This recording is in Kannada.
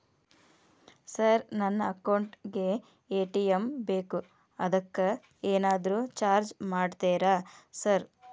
ಸರ್ ನನ್ನ ಅಕೌಂಟ್ ಗೇ ಎ.ಟಿ.ಎಂ ಬೇಕು ಅದಕ್ಕ ಏನಾದ್ರು ಚಾರ್ಜ್ ಮಾಡ್ತೇರಾ ಸರ್?